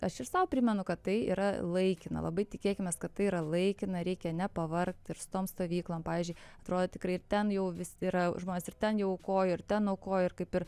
aš ir sau primenu kad tai yra laikina labai tikėkimės kad tai yra laikina reikia nepavargt ir su tom stovyklom pavyzdžiui atrodo tikrai ir ten jau vis yra žmonės ir ten jau aukojo ir ten aukojo ir kaip ir